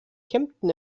kempten